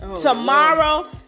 Tomorrow